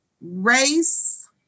race